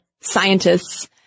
scientists